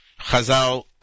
Chazal